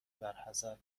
برحذر